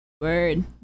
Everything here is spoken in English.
Word